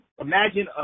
imagine